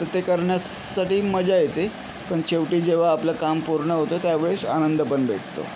तर ते करण्यासाठी मजा येते पण शेवटी जेव्हा आपलं काम पूर्ण होतं त्यावेळेस आनंदपण भेटतो